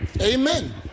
Amen